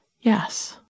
yes